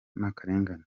n’akarengane